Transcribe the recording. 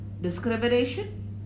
discrimination